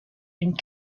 une